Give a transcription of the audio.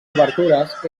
obertures